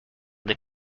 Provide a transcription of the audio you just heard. this